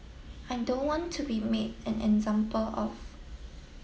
I don't want to be made an example of